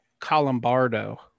Colombardo